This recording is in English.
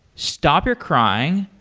stop your crying.